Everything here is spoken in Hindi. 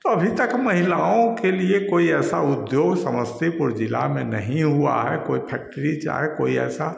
तो अभी तक महिलाओं के लिए कोई ऐसा उद्योग समस्तीपुर जिला में नहीं हुआ है कोई फैक्ट्री चाहे कोई ऐसा